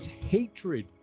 hatred